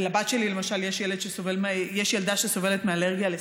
למשל, לבת שלי יש ילדה שסובלת מאלרגיה לשומשום,